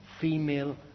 female